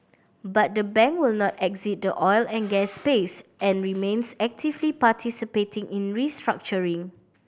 but the bank will not exit the oil and gas space and remains actively participating in restructuring